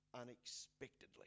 unexpectedly